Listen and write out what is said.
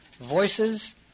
Voices